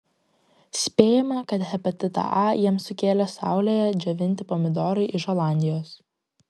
spėjama kad hepatitą a jiems sukėlė saulėje džiovinti pomidorai iš olandijos